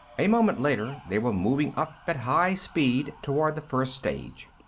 a moment later they were moving up at high speed toward the first stage.